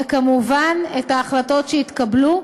וכמובן, את ההחלטות שהתקבלו,